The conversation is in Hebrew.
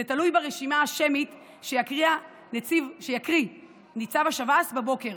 זה תלוי ברשימה השמית שיקריא ניצב השב"ס בבוקר.